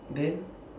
then